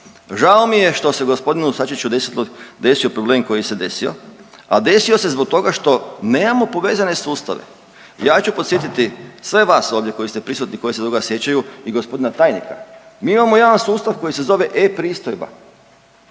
Žao mi je što se g. Sačiću desio problem koji se desio, a desio se zbog toga što nemamo povezane sustave. Ja ću podsjetiti sve vas ovdje koji ste prisutni koji se toga sjećaju i g. tajnika, mi imamo jedan sustav koji se zove e-Pristojba.